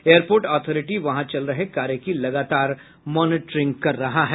airport authority वहां चल रहे कार्य की लगातार मॉनिटरिंग कर रहा है